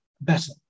better